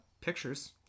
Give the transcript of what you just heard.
pictures